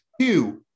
Two